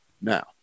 Now